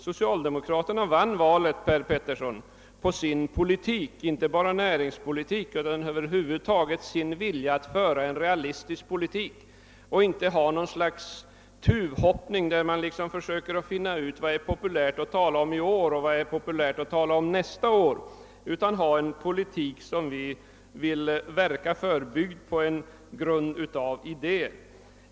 Socialdemokraterna vann valet, herr Petersson i Gäddvik, inte bara på sin näringspolitik utan över huvud taget på sin vilja att föra en realistisk politik, byggd på en grund av idéer, och att inte bedriva något slags tuvhoppning, där man försöker utröna vad som är populärt att tala om vid olika tidpunkter.